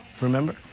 Remember